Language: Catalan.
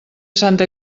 santa